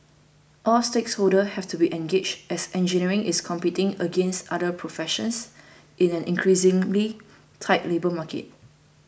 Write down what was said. all stakeholders have to be engaged as engineering is competing against other professions in an increasingly tight labour market